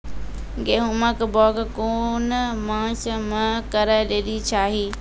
गेहूँमक बौग कून मांस मअ करै लेली चाही?